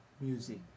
music